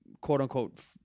quote-unquote